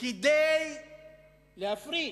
כדי להפריט,